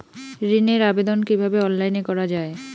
ঋনের আবেদন কিভাবে অনলাইনে করা যায়?